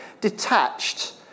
detached